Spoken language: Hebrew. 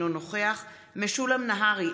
אינו נוכח משולם נהרי,